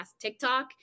TikTok